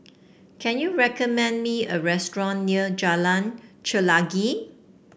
can you recommend me a restaurant near Jalan Chelagi